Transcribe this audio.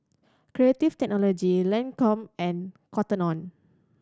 Creative Technology Lancome and Cotton On